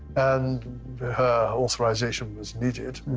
and her authorization was needed.